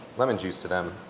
lemon juice to them